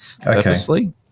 purposely